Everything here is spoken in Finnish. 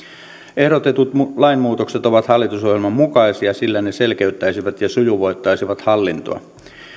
ehdotetut lainmuutokset ovat hallitusohjelman mukaisia sillä ne selkeyttäisivät ja sujuvoittaisivat hallintoa